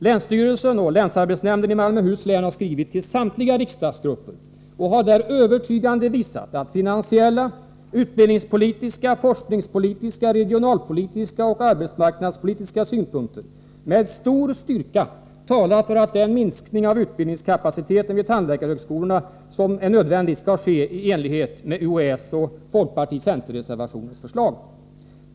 Länsstyrelsen och Länsarbetsnämnden i Malmöhus län har skrivit till samtliga riksdagsgrupper och har därvid övertygande visat att finansiella, utbildningspolitiska, forskningspolitiska, regionalpolitiska och arbetsmarknadspolitiska synpunkter med stor styrka talar för att den minskning av utbildningskapaciteten vid tandläkarhögskolorna som är nödvändig skall ske i enlighet med UHÄ:s och fp-c-reservationens förslag.